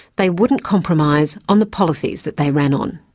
they wouldn't compromise on the policies that they ran on.